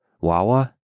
Wawa